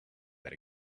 that